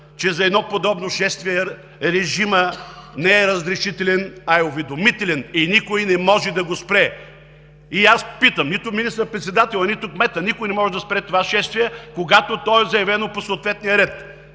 че за едно подобно шествие режимът не е разрешителен, а е уведомителен и никой не може да го спре. Аз питам: нито министър-председателят, нито кметът, никой не може да спре това шествие, когато то е заявено по съответния ред!